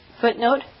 Footnote